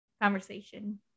conversation